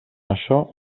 això